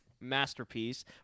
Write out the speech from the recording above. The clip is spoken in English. masterpiece